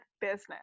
business